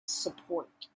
support